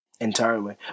entirely